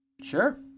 Sure